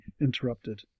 interrupted